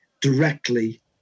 directly